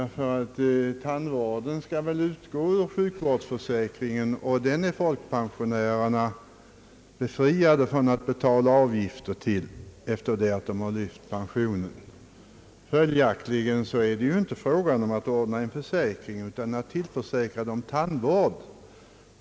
Meningen är väl att kostnaderna för tandvården skall utgå ur sjukvårdsförsäkringen och den är folkpensionärerna befriade från att betala avgifter till sedan de har lyft pensionen. Följaktligen är det här inte fråga om att ordna en försäkring utan fråga om att tillförsäkra folkpensionärerna tandvård.